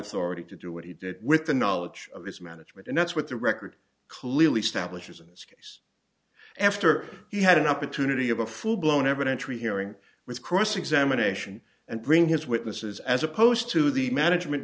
authority to do what he did with the knowledge of his management and that's what the record clearly establishes in this case after he had an opportunity of a full blown evidentiary hearing with cross examination and bring his witnesses as opposed to the management